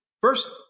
First